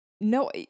no